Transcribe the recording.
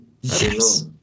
Yes